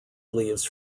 leaves